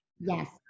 Yes